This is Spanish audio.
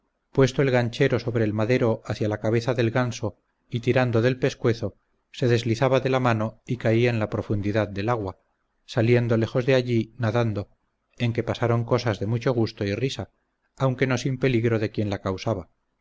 puesto el ganchero sobre el madero hacia la cabeza del ganso y tirando del pescuezo se deslizaba de la mano y caía en la profundidad del agua saliendo lejos de allí nadando en que pasaron cosas de mucho gusto y risa aunque no sin peligro de quien la causaba